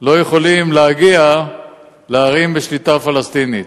לא יכולים להגיע לערים בשליטה פלסטינית.